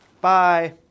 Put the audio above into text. Bye